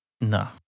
No